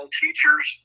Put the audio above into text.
teachers